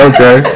Okay